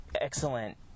excellent